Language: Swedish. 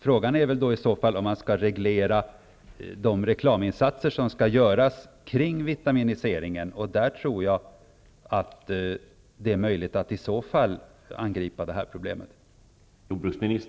Frågan är i så fall om man skall reglera de reklaminsatser som skall göras kring vitaminiseringen. Så tror jag att det är möjligt att angripa problemet.